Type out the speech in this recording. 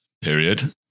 period